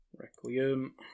Requiem